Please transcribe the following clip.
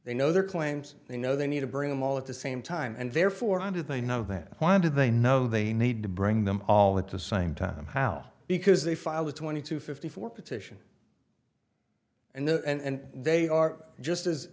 they know their claims they know they need to bring them all at the same time and therefore how did they know then why did they know they need to bring them all at the same time how because the file was twenty two fifty four petition and then and they are just as